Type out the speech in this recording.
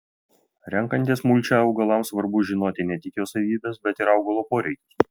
renkantis mulčią augalams svarbu žinoti ne tik jo savybes bet ir augalo poreikius